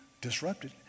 disrupted